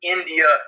India